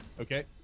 Okay